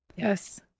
Yes